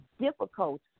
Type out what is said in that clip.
difficult